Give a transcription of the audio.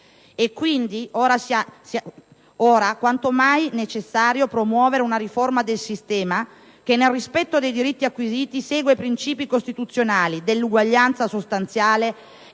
e quindi, ora quanto mai, è necessario promuovere una riforma del sistema che, nel rispetto dei diritti acquisiti, segua i princìpi costituzionali dell'uguaglianza sostanziale